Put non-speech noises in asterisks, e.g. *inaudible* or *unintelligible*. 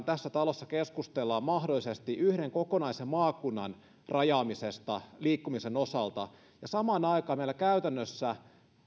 *unintelligible* tässä talossa keskustellaan mahdollisesti yhden kokonaisen maakunnan rajaamisesta liikkumisen osalta ja samaan aikaan meillä käytännössä